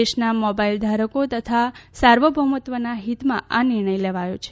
દેશના મોબાઇલ ધારકો તથા સાર્વભૌમત્વના હિતમાં આ નિર્ણય લેવાયો છે